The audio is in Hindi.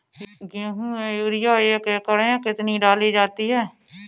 गेहूँ में यूरिया एक एकड़ में कितनी डाली जाती है?